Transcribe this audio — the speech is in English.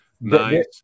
Nice